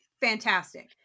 Fantastic